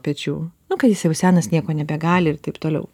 pečių nu kai jis jau senas nieko nebegali ir taip toliau